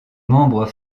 membres